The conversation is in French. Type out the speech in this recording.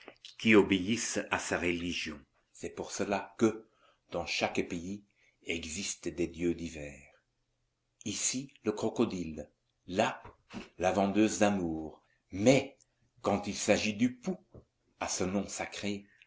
qui obéissent à sa religion c'est pour cela que dans chaque pays existent des dieux divers ici le crocodile là la vendeuse d'amour mais quand il s'agit du pou à ce nom sacré